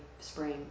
spring